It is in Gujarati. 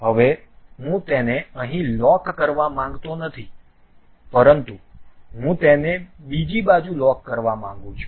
હવે હું તેને અહીં લોક કરવા માંગતો નથી પરંતુ હું તેને બીજી બાજુ લોક કરવા માંગું છું